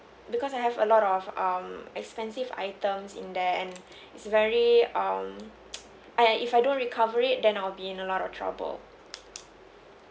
because I have a lot of um expensive items in there and it's very um and if I don't recover it then I'll be in a lot of trouble